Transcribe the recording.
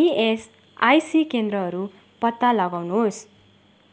ESIC केन्द्रहरू पता लगाउनु होस्